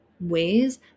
ways